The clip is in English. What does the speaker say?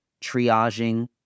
triaging